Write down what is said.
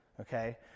Okay